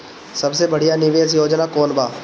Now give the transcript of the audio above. सबसे बढ़िया निवेश योजना कौन बा?